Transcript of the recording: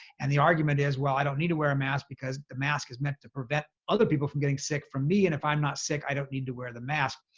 and the argument is, well, i don't need to wear a mask because the mask is meant to prevent other people from getting sick from me. and if i'm not sick, i don't need to wear the mask.